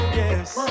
yes